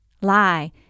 Lie